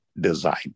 design